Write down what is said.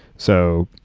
so,